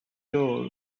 door